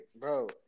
Bro